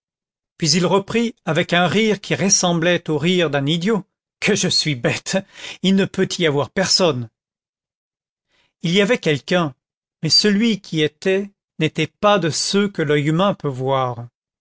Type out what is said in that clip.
puis il reprit avec un rire qui ressemblait au rire d'un idiot que je suis bête il ne peut y avoir personne il y avait quelqu'un mais celui qui y était n'était pas de ceux que l'oeil humain peut voir